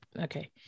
okay